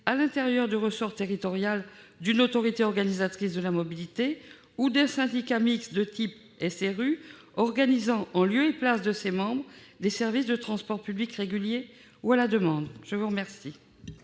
à l'intérieur du ressort territorial d'une autorité organisatrice de la mobilité, ou d'un syndicat mixte de type « loi SRU » organisant, en lieu et place de ses membres, des services de transport publics réguliers ou à la demande. Quel